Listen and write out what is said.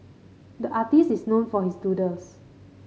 the artist is known for his doodles